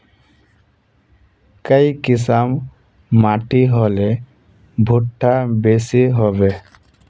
काई किसम माटी होले भुट्टा बेसी होबे?